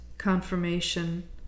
confirmation